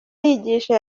yigisha